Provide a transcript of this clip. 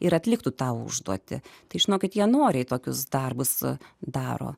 ir atliktų tą užduotį tai žinokit jie noriai tokius darbus daro